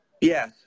yes